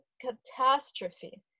catastrophe